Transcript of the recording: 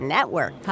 Network